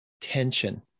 tension